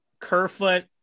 Kerfoot